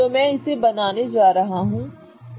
तो मैं इसे बनाने जा रहा हूं